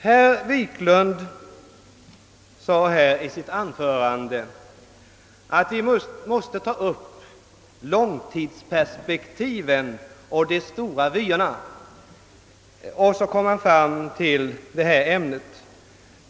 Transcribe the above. Herr Wiklund sade i sitt anförande, att vi måste ta upp långtidsperspektiven och de stora vyerna, och så kom han fram till det här ämnet.